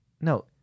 No